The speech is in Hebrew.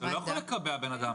אתה לא יכול לקבע בן אדם.